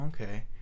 okay